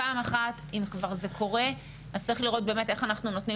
פעם אחת אם כבר זה קורה אז צריך לראות באמת איך אנחנו נותנים